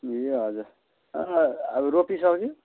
ए हजुर अब रोपिसक्यो